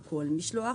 כל משלוח